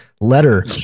letter